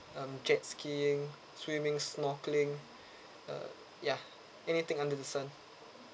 um jet skiing swimming snorkeling uh ya anything under the sun